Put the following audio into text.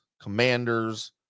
Commanders